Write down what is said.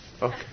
Okay